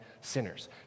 sinners